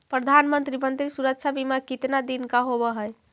प्रधानमंत्री मंत्री सुरक्षा बिमा कितना दिन का होबय है?